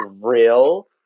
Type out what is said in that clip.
real